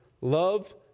love